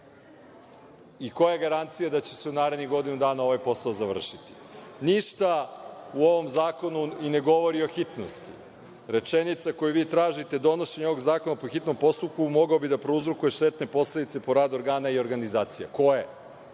Koja je garancija da će se u narednih godinu dana ovaj posao završiti? Ništa u ovom zakonu i ne govori o hitnosti. Rečenica koju vi tražite - donošenje ovog zakona po hitnom postupku mogao bi da prouzrokuje štetne posledice po rad organa i organizacija. Koje?